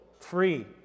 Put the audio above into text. free